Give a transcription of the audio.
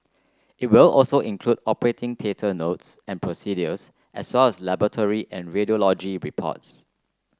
it will also include operating theatre notes and procedures as well as laboratory and radiology reports